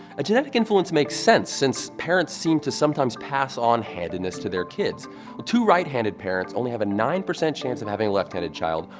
a genetic influence makes sense, since parents seem to sometimes pass on handedness to their kids. while two right-handed parents only have a nine percent chance of having a left-handed child,